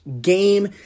game